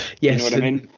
yes